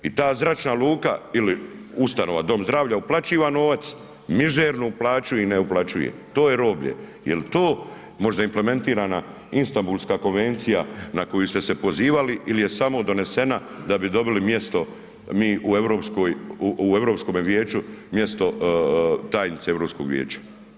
I ta zračna luka ili ustanova dom zdravlja uplaćiva novac, mižernu plaću im ne uplaćuje to je roblje, jel to možda implementirana Istanbulska konvencija na koju ste se pozivali il je samo donesena da bi dobili mjesto mi u europskoj u Europskome vijeću mjesto tajnice Europskog vijeća.